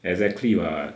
exactly [what]